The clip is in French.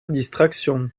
distraction